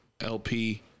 L-P